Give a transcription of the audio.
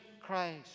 Christ